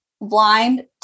blind